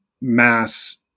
mass